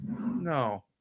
no